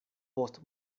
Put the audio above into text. post